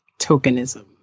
tokenism